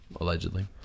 Allegedly